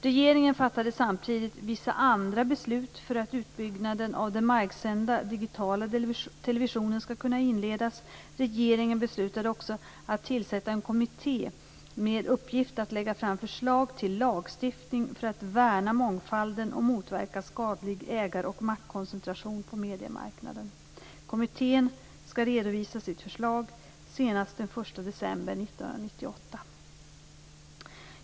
Regeringen fattade samtidigt vissa andra beslut för att utbyggnaden av den marksända digitala televisionen skall kunna inledas. Regeringen beslutade också att tillsätta en kommitté med uppgift att lägga fram förslag till lagstiftning för att värna mångfalden och motverka skadlig ägar och maktkoncentration på mediemarknaden. Kommittén skall redovisa sitt förslag senast den 1 december 1998.